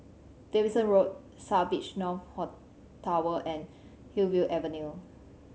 Davidson Road South Beach North Tower and Hillview Avenue